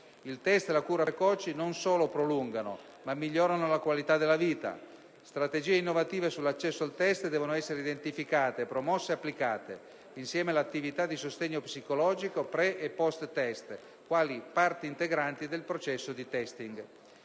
Il test e la cura precoci non solo prolungano ma migliorano la qualità della vita. Strategie innovative sull'accesso al test devono essere identificate, promosse ed applicate insieme all'attività di sostegno psicologico (pre e post test) quali parti integranti del processo di *testing*.